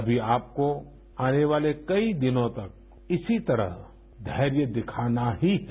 अभी आपको आने वाले कई दिनों तक इसी तरह घैर्य दिखाना ही है